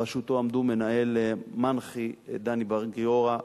בראשותו עמדו מנהל מנח"י, דני בר-גיורא,